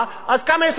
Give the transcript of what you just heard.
אז קמה ישראל ביתנו,